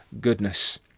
goodness